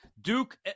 Duke